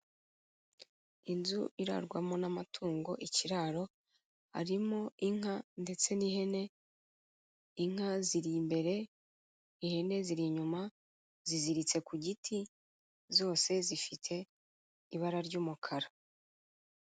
Inzu irarwamo n'amatungo ikiraro harimo inka ndetse n'ihene, inka ziri imbere ihene ziri inyuma ziziritse ku giti zose zifite ibara ry'umukara.